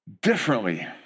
differently